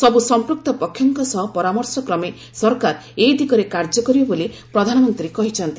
ସବୁ ସଂପୃକ୍ତ ପକ୍ଷଙ୍କ ସହ ପରାମର୍ଶକ୍ରମେ ସରକାର ଏ ଦିଗରେ କାର୍ଯ୍ୟ କରିବେ ବୋଲି ପ୍ରଧାନମନ୍ତ୍ରୀ କହିଛନ୍ତି